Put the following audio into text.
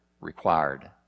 required